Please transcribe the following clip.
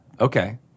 Okay